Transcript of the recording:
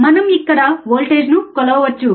మనం ఇక్కడ వోల్టేజ్ను కొలవవచ్చు